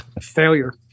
Failure